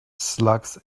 slugs